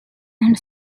and